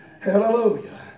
hallelujah